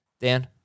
Dan